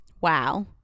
wow